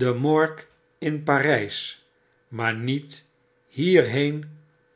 de morgue in parjs maar niet hierheen